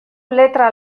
letra